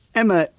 emma,